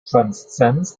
transcends